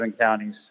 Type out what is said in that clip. counties